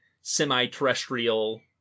semi-terrestrial